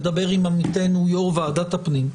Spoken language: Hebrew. נדבר עם עמיתנו יושב-ראש ועדת הפנים.